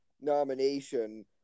nomination